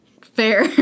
Fair